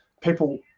people